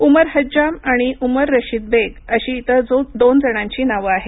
उमर हज्जाम आणि उमर रशीद बेग अशी इतर दोन जणांची नावं आहेत